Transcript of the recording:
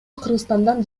кыргызстандан